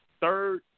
third